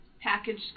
packaged